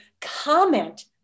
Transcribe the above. comment